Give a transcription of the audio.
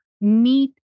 meet